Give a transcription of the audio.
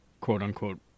quote-unquote